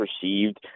perceived